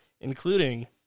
including